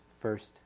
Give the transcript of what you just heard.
first